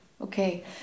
okay